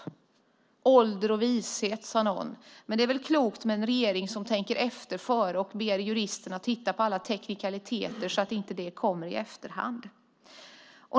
Någon talade om ålder och vishet. Men det är väl klokt med en regering som tänker efter före och ber juristerna titta på alla teknikaliteter så att detta inte kommer i efterhand?